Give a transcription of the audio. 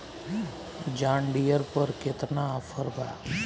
John Deere पर केतना offer बा?